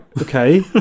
okay